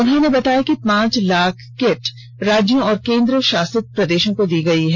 उन्होंने बताया कि पांच लाख किट राज्यों और केन्द्र शासित प्रदेषों को दी गयी है